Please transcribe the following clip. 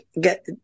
get